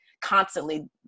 constantly